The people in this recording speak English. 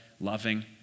loving